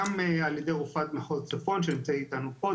גם על ידי רופאת מחוז צפון שנמצאת איתנו פה,